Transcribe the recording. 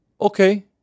okay